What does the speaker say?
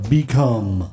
Become